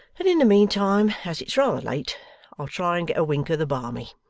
and in the meantime, as it's rather late, i'll try and get a wink of the balmy